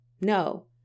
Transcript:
No